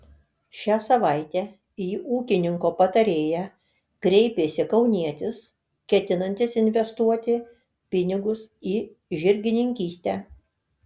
šią savaitę į ūkininko patarėją kreipėsi kaunietis ketinantis investuoti pinigus į žirgininkystę